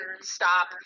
stop